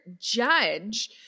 judge